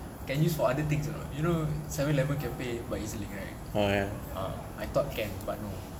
can use for other things or not you know seven eleven can pay by EZ-Link right ah I thought can but no